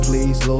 Please